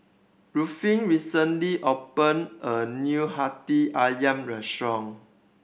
Ruffin recently opened a new Hati Ayam restaurant